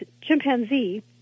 chimpanzee